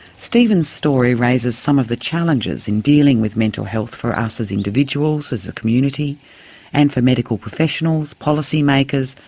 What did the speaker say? stephen's story raises some of the challenges in dealing with mental health for us as individuals, as a community and for medical professionals, policy makers,